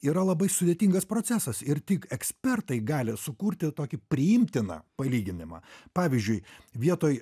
yra labai sudėtingas procesas ir tik ekspertai gali sukurti tokį priimtiną palyginimą pavyzdžiui vietoj